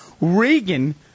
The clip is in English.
Reagan